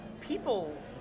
People